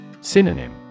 Synonym